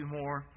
more